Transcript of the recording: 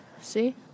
See